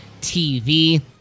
TV